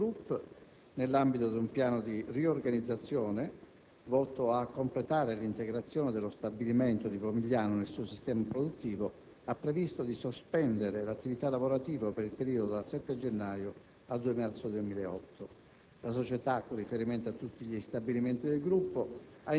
ed alle aziende dell'indotto. La Fiat Group, nell'ambito di un piano di riorganizzazione volto a completare l'integrazione dello stabilimento di Pomigliano nel suo sistema produttivo, ha previsto di sospendere l'attività lavorativa, per il periodo dal 7 gennaio al 2 marzo 2008.